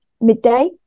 midday